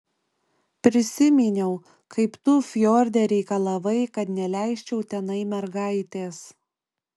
prisiminiau kaip tu fjorde reikalavai kad neleisčiau tenai mergaitės